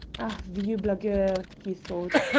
vieux blagueur! he thought,